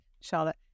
Charlotte